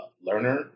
learner